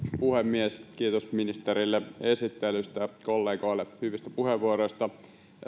puhemies kiitos ministerille esittelystä ja kollegoille hyvistä puheenvuoroista